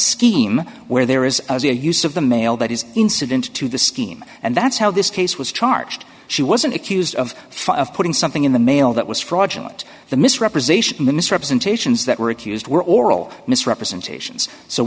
scheme where there is a use of the mail that is incidental to the scheme and that's how this case was charged she wasn't accused of four of putting something in the mail that was fraudulent the misrepresentation the misrepresentations that were accused were oral misrepresentations so